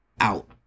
out